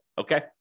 Okay